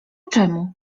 czemu